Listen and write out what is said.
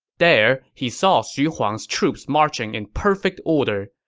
there, he saw xu huang's troops marching in perfect order.